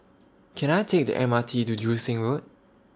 Can I Take The M R T to Joo Seng Road